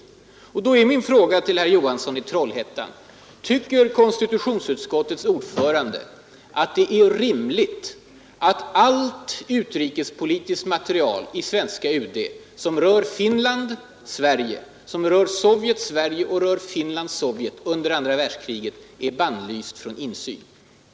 Därför blir min fråga till herr Johansson i Trollhättan: Tycker konstitutionsutskottets ordförande att det är rimligt att allt utrikespolitiskt material i det svenska UD som rör Finland—Sverige, Sovjet—Sverige och Finland— rldskriget är bannlyst från insyn.